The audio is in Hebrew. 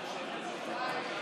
ביתנו